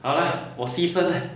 好啦我牺牲啦